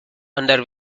under